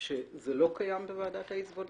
שזה לא קיים בוועדת העיזבונות?